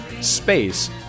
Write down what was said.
space